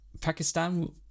Pakistan